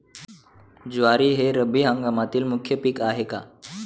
ज्वारी हे रब्बी हंगामातील मुख्य पीक आहे का?